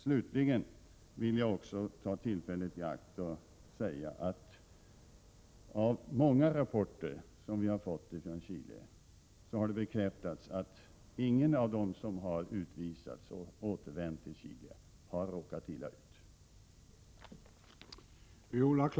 Slutligen vill jag också ta tillfället i akt och säga att av många rapporter som vi har fått ifrån Chile har det bekräftats att ingen av dem som utvisats och återvänt till Chile har råkat illa ut.